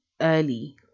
early